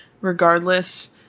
regardless